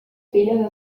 filles